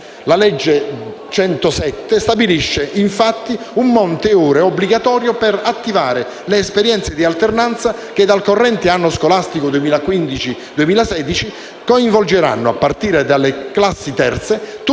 107 del 2015 stabilisce, infatti, un monte ore obbligatorio per attivare le esperienze di alternanza che, dal corrente anno scolastico 2015-2016, coinvolgeranno, a partire dalle classi terze, tutti